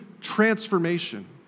transformation